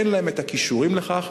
אין להם כישורים לכך.